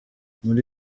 muri